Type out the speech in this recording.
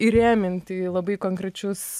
įrėminti į labai konkrečius